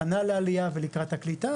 הכנה לעלייה ולקראת הקליטה,